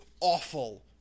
awful